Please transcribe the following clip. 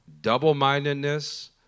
double-mindedness